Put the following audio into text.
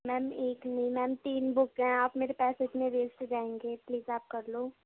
میم ایک نہیں میم تین بک ہیں آپ میرے پیسے اتنے ویسٹ جائیں گے پلیز آپ کر لو